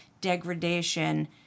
degradation